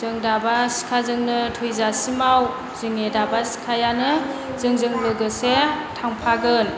जों दाबा सिखाजोंनो थैजासिमाव जोंनि दाबा सिखायानो जोंजों लोगोसे थांफागोन